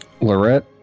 Lorette